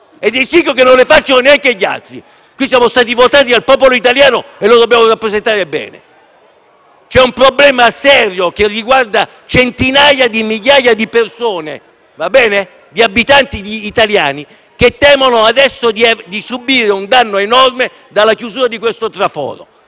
ed esigo che non le facciano neanche gli altri. Siamo stati votati dal popolo italiano e lo dobbiamo rappresentare bene. C'è un problema serio che riguarda centinaia di migliaia di persone, di italiani che temono adesso di subire un danno enorme dalla chiusura di questo traforo.